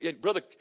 Brother